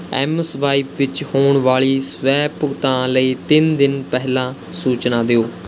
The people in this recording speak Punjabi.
ਐੱਮਸਵਾਇਪ ਵਿੱਚ ਹੋਣ ਵਾਲੀ ਸਵੈ ਭੁਗਤਾਨ ਲਈ ਤਿੰਨ ਦਿਨ ਪਹਿਲਾਂ ਸੂਚਨਾ ਦਿਓ